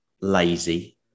lazy